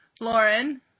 Lauren